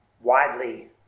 widely